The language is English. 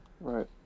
Right